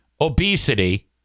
obesity